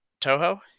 Toho